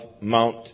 Mount